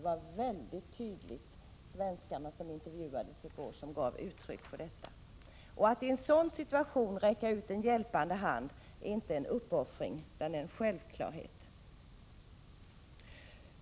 De svenskar som intervjuades i går kväll gav väldigt tydligt uttryck för detta. Att i en sådan situation räcka en hjälpande hand är inte en uppoffring utan en självklarhet.